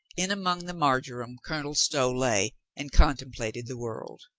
in among the mar joram, colonel stow lay and contemplated the world.